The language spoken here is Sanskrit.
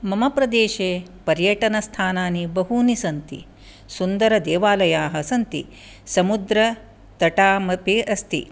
मम प्रदेशे पर्यटनस्थानि बहूनि सन्ति सुन्दरदेवालयाः सन्ति समुद्रतटामपि अस्ति